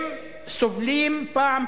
הם סובלים פעם,